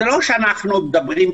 זה לא שאנחנו מדברים תיאוריה.